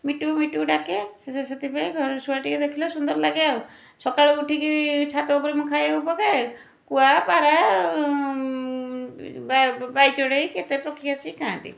ମିଟୁ ମିଟୁ ଡାକେ ସେଥିପାଇଁ ଘରେ ଶୁଆଟିଏ ଦେଖିଲେ ସୁନ୍ଦର ଲାଗେ ଆଉ ସକାଳୁ ଉଠିକି ଛାତ ଉପରେ ମୁଁ ଖାଇବାକୁ ପକାଏ କୁଆ ପାରା ଏ ଯେଉଁ ବାଇଚଢ଼େଇ କେତେ ପକ୍ଷୀ ଆସି ଖାଆନ୍ତି